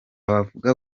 bavuga